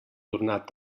tornat